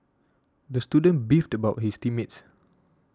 the student beefed about his team mates